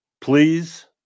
Please